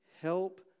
help